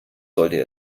sollte